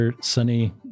sunny